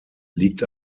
liegt